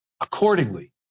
Accordingly